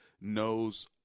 knows